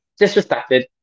Disrespected